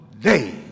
Day